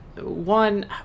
one